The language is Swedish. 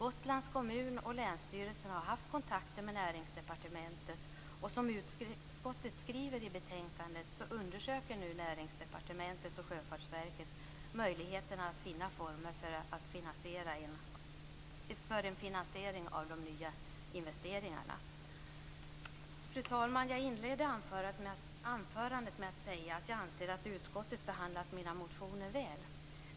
Gotlands kommun och länsstyrelsen har haft kontakter med Näringsdepartementet, och som utskottet skriver i betänkandet undersöker nu Näringsdepartementet och Sjöfartsverket möjligheterna att finna former för en finansiering av de nya investeringarna. Fru talman! Jag inledde anförandet med att säga att jag anser att utskottet behandlat mina motioner väl.